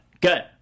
good